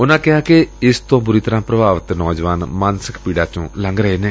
ਉਨੂਾ ਕਿਹਾ ਕਿ ਇਸ ਤੋਂ ਬੁਰੀ ਤਰੂਾ ਪ੍ਰਭਾਵਿਤ ਨੌਜਵਾਨ ਮਾਨਸਿਕ ਪੀੜਾ ਚੋਂ ਲੰਘ ਰਹੇ ਨੇ